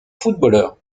footballeur